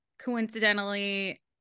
coincidentally